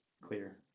clear